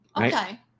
Okay